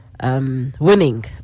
Winning